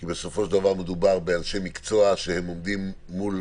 כי בסופו של דבר מדובר באנשי מקצוע שעומדים מול